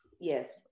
yes